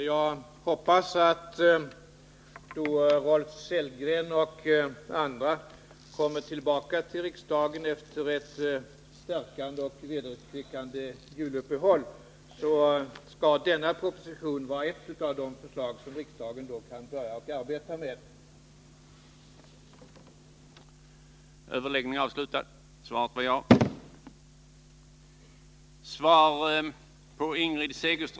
Jag hoppas att denna proposition skall vara ett av de förslag som riksdagen kan börja arbeta med, då Rolf Sellgren och andra kommer tillbaka till riksdagen efter ett stärkande och vederkvickande juluppehåll.